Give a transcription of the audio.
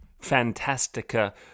fantastica